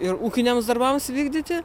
ir ūkiniams darbams vykdyti